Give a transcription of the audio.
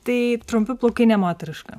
tai trumpi plaukai nemoteriška